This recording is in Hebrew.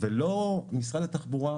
ולא משרד התחבורה,